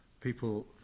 people